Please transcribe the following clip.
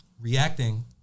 reacting